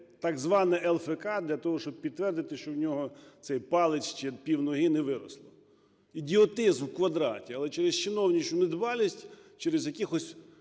так зване ЛФК для того, щоб підтвердити, що у нього цей палець чи півноги не виросли. Ідіотизм в квадраті! Але через чиновницьку недбалість, через якихось